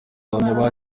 abahamya